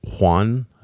Juan